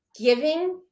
giving